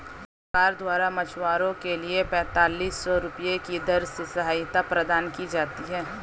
सरकार द्वारा मछुआरों के लिए पेंतालिस सौ रुपये की दर से सहायता प्रदान की जाती है